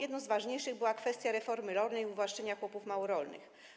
Jedną z ważniejszych kwestii była kwestia reformy rolnej, uwłaszczenia chłopów małorolnych.